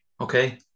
okay